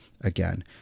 again